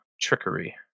trickery